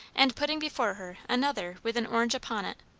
and putting before her another with an orange upon it,